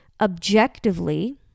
objectively